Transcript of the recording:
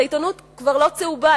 העיתונות כבר לא צהובה,